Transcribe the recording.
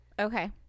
Okay